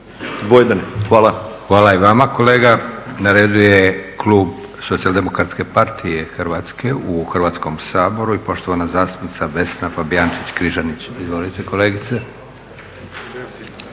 Hvala lijepa. Hvala i vama kolega. Na redu je klub SDP-a Hrvatske u Hrvatskom saboru i poštovana zastupnica Vesna Fabijančić-Križanić. Izvolite kolegice.